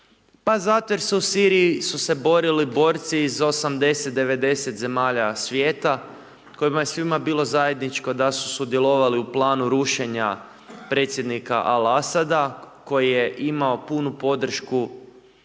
zato jer u Siriji su se borili borci iz 80,90 zemalja svijeta, kojima je svima bilo zajedničko da su sudjelovali u planu rušenja predsjednika Al Asada koji je imao punu podršku